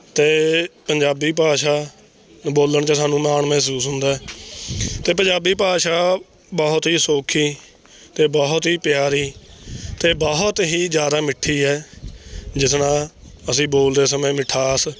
ਅਤੇ ਪੰਜਾਬੀ ਭਾਸ਼ਾ ਬੋਲਣ 'ਚ ਸਾਨੂੰ ਮਾਣ ਮਹਿਸੂਸ ਹੁੰਦਾ ਏ ਅਤੇ ਪੰਜਾਬੀ ਭਾਸ਼ਾ ਬਹੁਤ ਹੀ ਸੌਖੀ ਅਤੇ ਬਹੁਤ ਹੀ ਪਿਆਰੀ ਅਤੇ ਬਹੁਤ ਹੀ ਜ਼ਿਆਦਾ ਮਿੱਠੀ ਹੈ ਜਿਸ ਨਾਲ ਅਸੀਂ ਬੋਲਦੇ ਸਮੇਂ ਮਿਠਾਸ